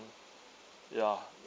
ya